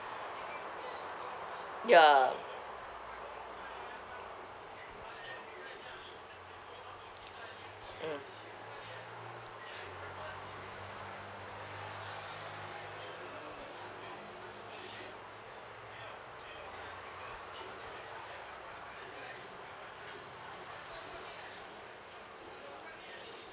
ya mm